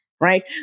right